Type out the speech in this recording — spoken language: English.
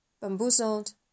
Bamboozled